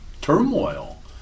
turmoil